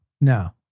No